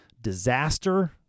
disaster